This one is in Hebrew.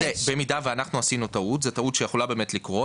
זאת טעות שבאמת יכולה לקרות